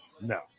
no